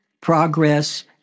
progress